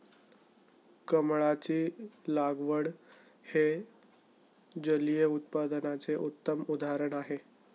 कमळाची लागवड हे जलिय उत्पादनाचे उत्तम उदाहरण आहे